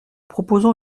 proposons